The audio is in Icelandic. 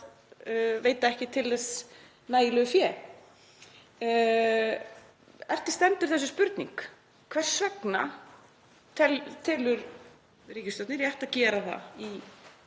veita ekki til þess nægilegu fé. Eftir stendur þessi spurning: Hvers vegna telur ríkisstjórnin rétt að gera það í